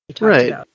Right